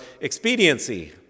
expediency